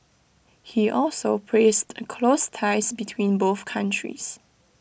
he also praised the close ties between both countries